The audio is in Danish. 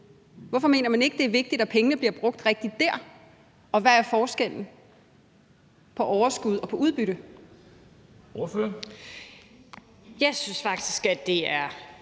Hvorfor mener man ikke, det er vigtigt, at pengene bliver brugt rigtigt der, og hvad er forskellen på overskud og udbytte?